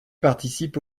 participe